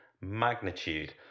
magnitude